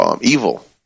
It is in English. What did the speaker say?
evil